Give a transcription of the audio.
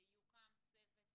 יוקם צוות